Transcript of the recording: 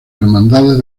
hermandades